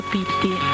Pitti